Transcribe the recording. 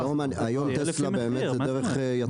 היום טסלה באמת זה דרך יצרן.